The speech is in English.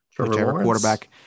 quarterback